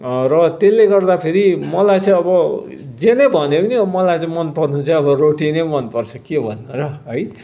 र त्यसले गर्दा फेरि मलाई चाहिँ अब जे नै भने पनि अब मलाई चाहिँ मन पर्नु चाहिँ अब रोटी नै मन पर्छ के भन्नु र है